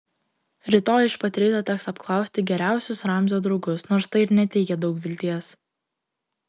rytoj iš pat ryto teks apklausti geriausius ramzio draugus nors tai ir neteikia daug vilties